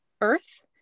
earth